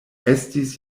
estis